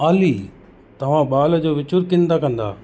ऑली तव्हां बॉल जो विचूर किंदा कंदा